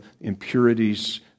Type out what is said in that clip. impurities